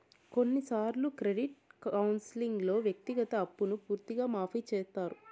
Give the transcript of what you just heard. కొన్నిసార్లు క్రెడిట్ కౌన్సిలింగ్లో వ్యక్తిగత అప్పును పూర్తిగా మాఫీ చేత్తారు